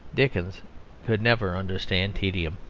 dickens could never understand tedium.